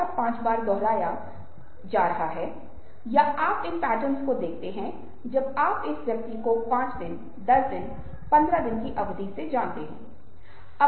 और इस सत्र के अंत की दिशा में हम जिस तरह का कदम उठाना चाहते हैं मैं उनमें से एक को सहानुभूति देना चाहूंगा